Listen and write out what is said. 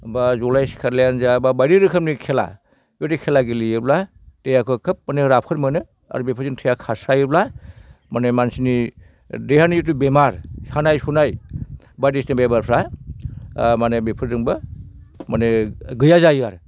बा ज'लाय सिखारलायानो जा बा बायदि रोखोमनि खेला बेबादि खेला गेलेयोब्ला देहाखौ खोब माने राफोद मोनो आरो बेफोरजों थैया खारस्रायोब्ला मानि मानसिनि देहानि जिथु बेमार सानाय सुनाय बायदिसिना बेमारफ्रा माने बेफोरजोंबो माने गैया जायो आरो